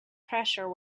pressure